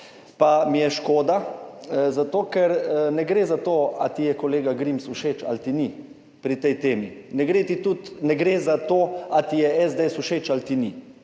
mi je škoda, zato ker ne gre za to, ali ti je kolega Grims všeč ali ti ni pri tej temi, ne gre tudi za to, ali ti je SDS všeč ali ti ni.